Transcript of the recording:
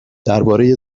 درباره